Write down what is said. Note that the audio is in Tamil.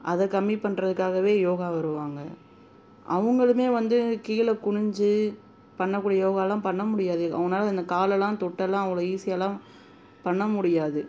அதை கம்மி பண்ணுறதுக்காகவே யோகா வருவாங்க அவங்களுமே வந்து கீழே குனிஞ்சு பண்ணக்கூடிய யோகாவெல்லாம் பண்ணமுடியாது அவங்கனால அந்த காலெல்லாம் தொட்டெல்லாம் அவ்வளோ ஈஸியாயெல்லாம் பண்ணமுடியாது